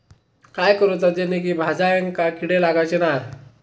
काय करूचा जेणेकी भाजायेंका किडे लागाचे नाय?